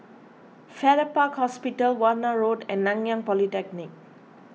Farrer Park Hospital Warna Road and Nanyang Polytechnic